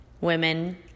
women